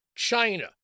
China